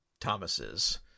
Thomas's